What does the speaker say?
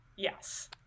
yes